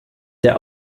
der